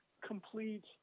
complete